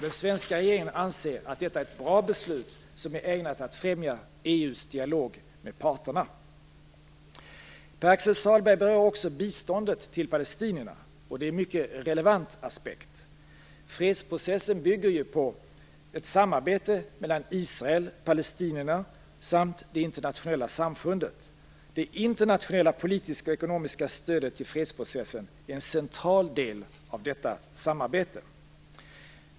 Den svenska regeringen anser att detta är ett bra beslut som är ägnat att främja EU:s dialog med parterna. Pär-Axel Sahlberg berör också biståndet till palestinierna. Det är en mycket relevant aspekt. Fredsprocessen bygger ju på ett samarbete mellan Israel, palestinierna samt det internationella samfundet. Det internationella ekonomiska och politiska stödet till fredsprocessen är en central del av detta samarbete.